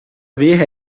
ver